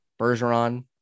Bergeron